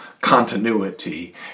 continuity